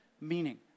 meaning